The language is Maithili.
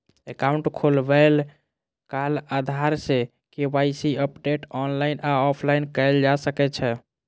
एकाउंट खोलबैत काल आधार सं के.वाई.सी अपडेट ऑनलाइन आ ऑफलाइन कैल जा सकै छै